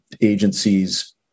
agencies